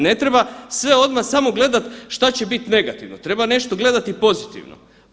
Ne treba sve odma samo gledat šta će bit negativno, treba nešto gledati i pozitivno.